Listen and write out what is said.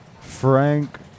Frank